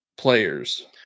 players